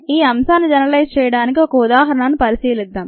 ఈ అంశాన్ని జనరలైజ్ చేయడానికి ఒక ఉదాహరణను పరిశీలిద్దాం